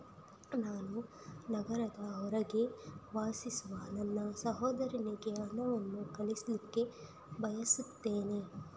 ನಾನು ನಗರದ ಹೊರಗೆ ವಾಸಿಸುವ ನನ್ನ ಸಹೋದರನಿಗೆ ಹಣವನ್ನು ಕಳಿಸ್ಲಿಕ್ಕೆ ಬಯಸ್ತೆನೆ